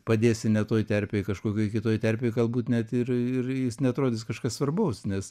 padėsi ne toj terpėj kažkokioj kitoj terpėj galbūt net ir ir jis neatrodys kažkas svarbaus nes